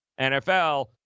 NFL